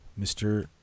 Mr